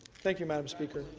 thank you, madam speaker.